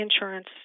insurance